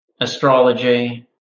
astrology